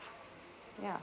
ya